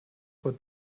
for